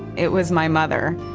it was my mother.